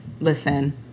listen